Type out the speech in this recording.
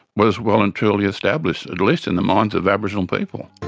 was well and truly established. at least in the minds of aboriginal people.